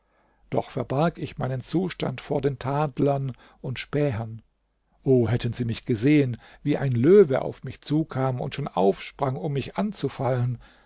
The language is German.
doch verbarg ich meinen zustand vor den tadlern und spähern o hätten sie mich gesehen wie ein löwe auf mich zukam und schon aufsprang um mich anzufallen